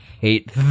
hate